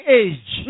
age